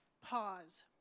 pause